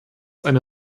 eine